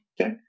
Okay